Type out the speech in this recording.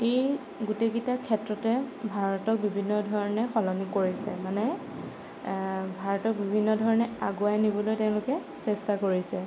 এই গোটেইকেইটা ক্ষেত্ৰতে ভাৰতক বিভিন্ন ধৰণে সলনি কৰিছে মানে ভাৰতক বিভিন্ন ধৰণে আগুৱাই নিবলৈ তেওঁলোকে চেষ্টা কৰিছে